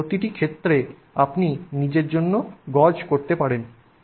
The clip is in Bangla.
এবং প্রতিটি ক্ষেত্রে আপনি নিজের জন্য গজ করতে পারেন